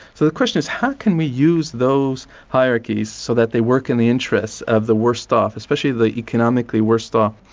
so the question is, how can we use those hierarchies so that they work in the interests of the worst-off, especially the economically worst off?